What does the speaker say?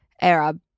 Arab